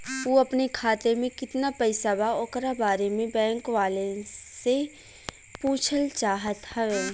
उ अपने खाते में कितना पैसा बा ओकरा बारे में बैंक वालें से पुछल चाहत हवे?